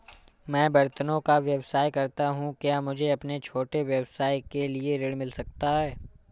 मैं बर्तनों का व्यवसाय करता हूँ क्या मुझे अपने छोटे व्यवसाय के लिए ऋण मिल सकता है?